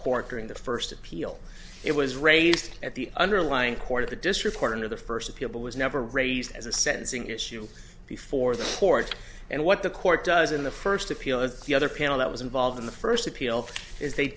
court during the first appeal it was raised at the underlying court of the district court under the first appeal but was never raised as a sentencing issue before the court and what the court does in the first appeal is the other panel that was involved in the first appeal is they